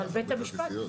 אבל בית המשפט.